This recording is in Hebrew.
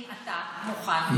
אם אתה מוכן לשבת איתנו.